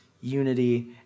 unity